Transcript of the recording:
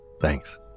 Thanks